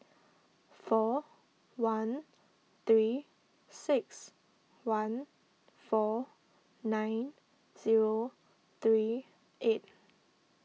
four one three six one four nine zero three eight